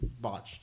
botched